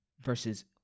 versus